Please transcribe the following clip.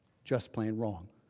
just plain wrong.